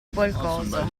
qualcosa